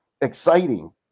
exciting